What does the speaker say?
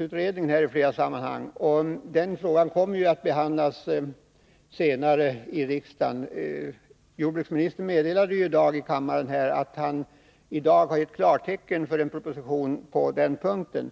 upp här i flera sammanhang. Den frågan kommer att behandlas senare i riksdagen. Jordbruksministern meddelade ju tidigare i dag här i kammaren att regeringen i dag gett klartecken för en proposition i den frågan.